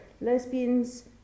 Lesbians